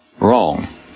wrong